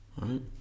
Right